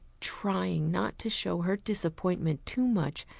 trying not to show her disappointment too much,